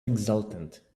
exultant